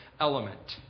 element